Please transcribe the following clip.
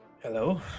Hello